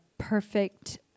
Perfect